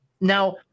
Now